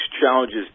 challenges